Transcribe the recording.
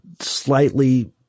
slightly